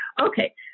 Okay